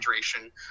hydration